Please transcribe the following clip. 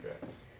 guys